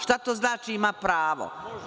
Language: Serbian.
Šta to znači – ima pravo?